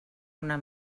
una